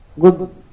good